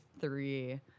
three